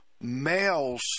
males